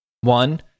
one